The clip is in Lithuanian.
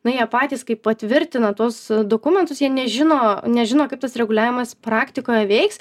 na jie patys kai patvirtina tuos dokumentus jie nežino nežino kaip tas reguliavimas praktikoje veiks